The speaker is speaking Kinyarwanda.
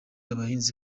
abahinzi